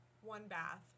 one-bath